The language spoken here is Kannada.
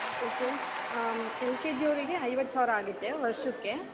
ಓಕೆ ಎಲ್ ಕೆ ಜಿಯವರಿಗೆ ಐವತ್ತು ಸಾವಿರ ಆಗುತ್ತೆ ವರ್ಷಕ್ಕೆ